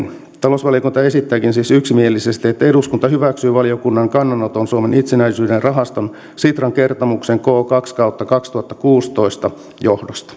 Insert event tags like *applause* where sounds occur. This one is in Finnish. talousvaliokunta esittääkin siis yksimielisesti että eduskunta hyväksyy valiokunnan kannanoton suomen itsenäisyyden rahasto sitran kertomuksen k kaksi kautta kaksituhattakuusitoista johdosta *unintelligible*